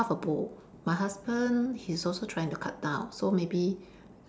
half a bowl my husband he's also trying to cut down so maybe